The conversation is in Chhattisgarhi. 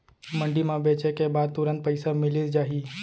मंडी म बेचे के बाद तुरंत पइसा मिलिस जाही?